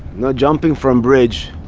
no jumping from bridge.